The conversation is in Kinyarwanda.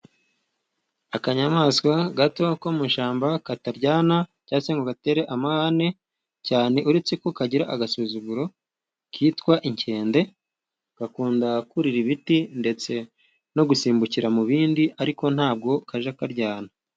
Akanyamaswa gato ko mu ishyamba kataryana, cyangwa se ngo gatere amahane cyane, uretse ko kagira agasuzuguro kitwa Inkende, gakunda kurira ibiti ndetse no gusimbukira mu bindi ariko ntabwo kajya karyana.